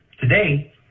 today